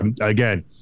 again